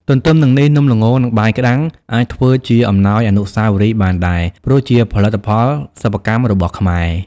ទន្ទឹមនឹងនេះ នំល្ង និងបាយក្ដាំង អាចធ្វើជាអំណោយអនុស្សាវរីយ៍បានដែរ ព្រោះជាផលិតផលសិប្បកម្មរបស់ខ្មែរ ។